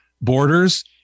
borders